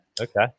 okay